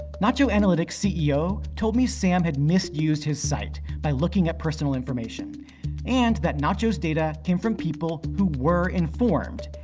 nacho analytics' ceo told me sam had misused his site by looking up personal information and that nacho's data came from people who were informed,